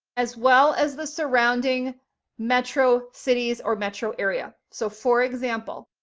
as well as the surrounding metro cities or metro area. so for example,